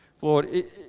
lord